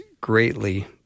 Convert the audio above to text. greatly